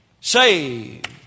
Saved